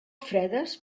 fredes